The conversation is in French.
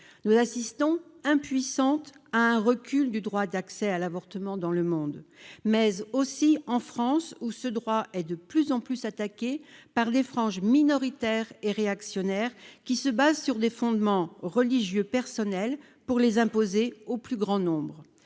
nous assistons impuissante à un recul du droit d'accès à l'avortement dans le monde, mais aussi en France où ce droit est de plus en plus attaqué par des franges minoritaires et réactionnaire, qui se base sur des fondements religieux personnel pour les imposer au plus grand nombre,